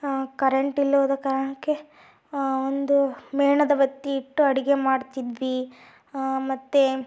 ಕರೆಂಟಿಲ್ಲದ ಕಾರಣಕ್ಕೆ ಒಂದು ಮೇಣದ ಬತ್ತಿಯಿಟ್ಟು ಅಡಿಗೆ ಮಾಡ್ತಿದ್ವಿ ಮತ್ತೆ